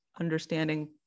understanding